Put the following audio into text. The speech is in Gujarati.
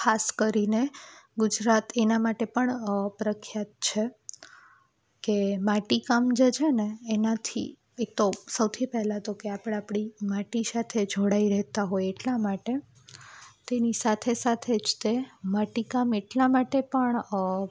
ખાસ કરીને ગુજરાત એના માટે પણ પ્રખ્યાત છે કે માટી કામ જે છે ને એનાથી એક તો સૌથી પહેલાં તો કે આપણે આપણી માથે સાથે જોડાઈ રહેતાં હોય એટલા માટે તેની સાથે સાથે જ તે માટી કામ એટલા માટે પણ